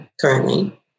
currently